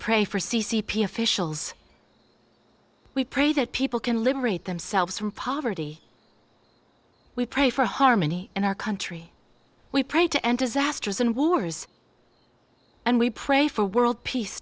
pray for c c p officials we pray that people can liberate themselves from poverty we pray for harmony in our country we pray to end disasters and wars and we pray for world peace